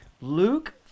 luke